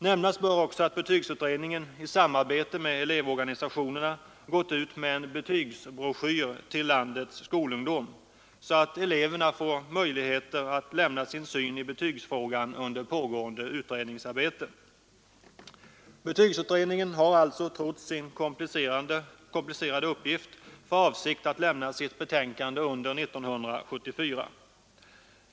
Nämnas bör också att betygsutredningen i samarbete med elevorganisationerna gått ut med en betygsbroschyr till landets skolungdom, så att eleverna får möjlighet att lämna sin syn i betygsfrågan under pågående utredning. Betygsutredningen har alltså trots sin komplicerade uppgift för avsikt att lämna sitt betänkande under 1974.